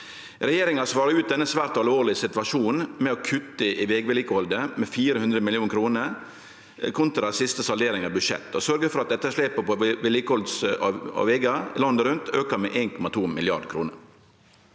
Regjeringa svarar ut denne svært alvorlege situasjonen med å kutte i vegvedlikehaldet med 400 mill. kr kontra siste saldering av budsjett og sørgjer for at etterslepet på vedlikehald av vegar landet rundt aukar med 1,2 mrd. kr.